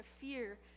fear